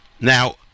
now